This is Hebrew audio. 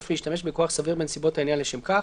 אף להשתמש בכוח סביר בנסיבות העניין לשם כך,